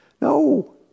No